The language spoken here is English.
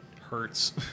hurts